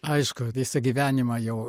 aišku visą gyvenimą jau